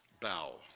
Bow